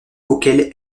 auquel